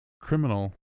criminal